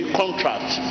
contract